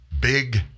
Big